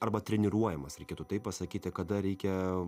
arba treniruojamas reikėtų taip pasakyti kada reikia